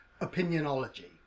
opinionology